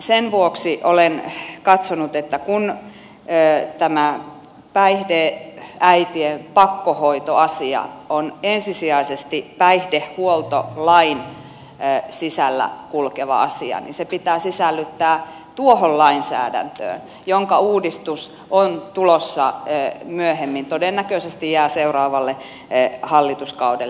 sen vuoksi olen katsonut että kun tämä päihdeäitien pakkohoitoasia on ensisijaisesti päihdehuoltolain sisällä kulkeva asia niin se pitää sisällyttää tuohon lainsäädäntöön jonka uudistus on tulossa myöhemmin todennäköisesti se jää seuraavalle hallituskaudelle